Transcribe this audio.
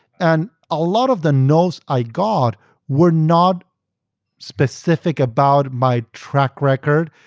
and a lot of the nos i got were not specific about my track record,